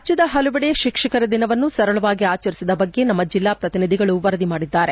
ರಾಜ್ಞದ ಪಲವೆಡೆ ಶಿಕ್ಷಕರ ದಿನವನ್ನು ಸರಳವಾಗಿ ಆಚರಿಸಿದ ಬಗ್ಗೆ ನಮ್ಮ ಜಿಲ್ಲಾ ಪ್ರತಿನಿಧಿಗಳು ವರದಿ ಮಾಡಿದ್ದಾರೆ